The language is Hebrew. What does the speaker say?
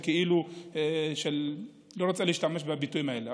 אני לא רוצה להשתמש בביטויים האלה.